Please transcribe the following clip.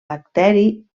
bacteri